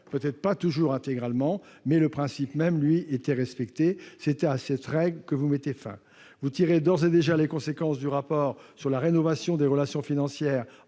peut-être pas toujours une compensation intégrale, mais le principe même était respecté. C'est à cette règle que vous mettez fin. Vous tirez d'ores et déjà les conséquences du rapport sur la rénovation des relations financières